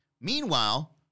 Meanwhile